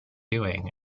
doing